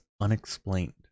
unexplained